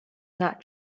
not